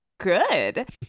good